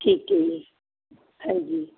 ਠੀਕ ਹੈ ਜੀ ਹਾਂਜੀ